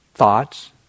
Thoughts